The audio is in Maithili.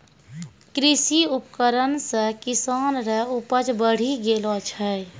कृषि उपकरण से किसान के उपज बड़ी गेलो छै